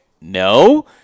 no